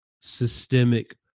systemic